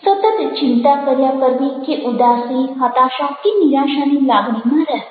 સતત ચિંતા કર્યા કરવી કે ઉદાસી હતાશા કે નિરાશાની લાગણીમાં રહેવું